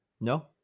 No